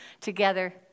together